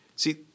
See